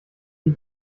die